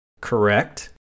Correct